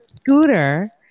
scooter